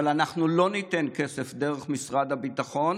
אבל אנחנו לא ניתן כסף דרך משרד הביטחון